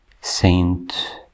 Saint